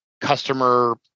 customer